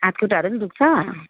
हातखुट्टाहरू पनि दुख्छ